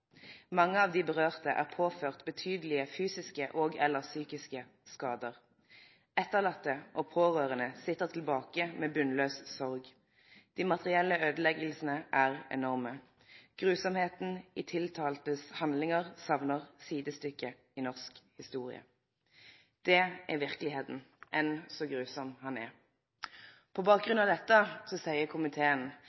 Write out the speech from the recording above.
Mange av de berørte er påført betydelige fysiske og/ eller psykiske skader. Etterlatte og pårørende sitter tilbake med bunnløs sorg. De materielle ødeleggelsene er enorme. Grusomheten i tiltaltes handlinger savner sidestykke i norsk historie.» Det er verkelegheita – same kor fæl ho er. På